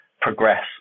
progress